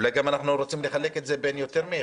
אולי אנחנו גם רוצים לחלק את בין יותר מאחד.